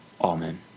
Amen